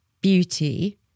beauty